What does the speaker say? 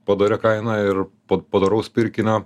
padoria kaina ir po padoraus pirkinio